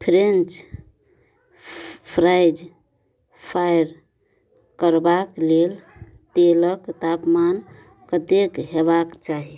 French fries fry करबाक लेल तेलक तापमान कतेक हेबाक चाही